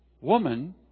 woman